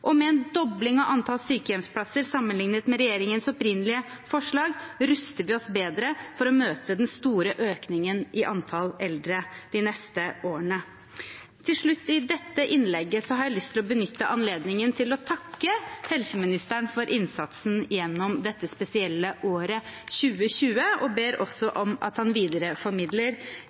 og med en dobling av antall sykehjemsplasser sammenlignet med regjeringens opprinnelige forslag, ruster vi oss bedre for å møte den store økningen i antall eldre de neste årene. Til slutt i dette innlegget har jeg lyst til å benytte anledningen til å takke helseministeren for innsatsen gjennom dette spesielle året 2020 og ber også om at han